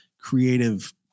creative